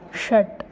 षट्